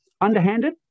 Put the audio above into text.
underhanded